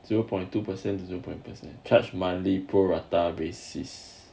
zero point two percent zero point person charged monthly pro rata basis